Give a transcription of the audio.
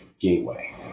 gateway